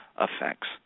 effects